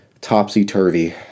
topsy-turvy